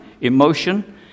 emotion